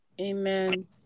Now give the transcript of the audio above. Amen